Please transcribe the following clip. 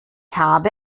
habe